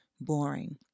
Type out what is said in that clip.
boring